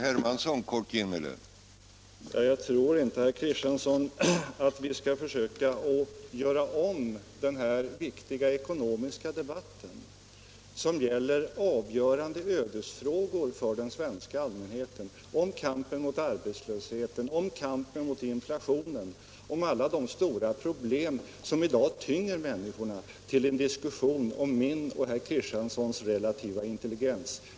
Herr talman! Jag tror inte, herr Kristiansson, att vi skall försöka göra om den här viktiga ekonomiska debatten som gäller avgörande ödesfrågor för den svenska allmänheten — kampen mot arbetslösheten, kampen mot inflationen och alla de stora problem som i dag tynger människorna — till en diskussion om min och herr Kristianssons relativa intelligens.